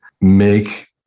make